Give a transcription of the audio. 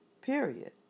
Period